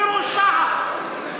מרושעת,